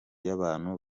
y’abantu